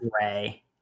gray